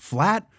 Flat